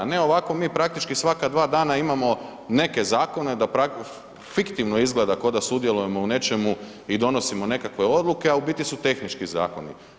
A ne ovako, mi praktički svaka 2 dana imamo neke zakone da fiktivno izgleda kao da sudjelujemo u nečemu i donosimo nekakve odluke, a u biti su tehnički zakoni.